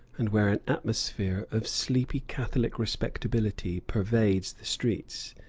and where an atmosphere of sleepy catholic respectability pervades the streets.